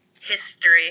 history